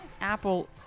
Apple